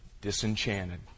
disenchanted